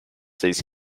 these